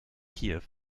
kiew